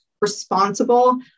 responsible